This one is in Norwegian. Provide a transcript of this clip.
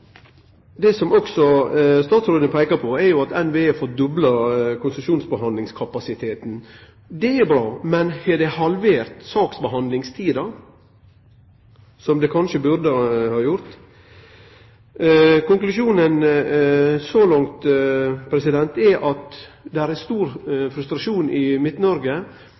Det som statsråden òg peiker på, er at NVE får dobla konsesjonsbehandlingskapasiteten. Det er bra, men har det halvert saksbehandlingstida, som det kanskje burde ha gjort? Konklusjonen så langt er at det er stor frustrasjon i